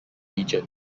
region